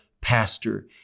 pastor